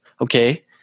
Okay